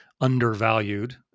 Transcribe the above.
undervalued